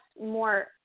more